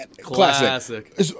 Classic